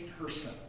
person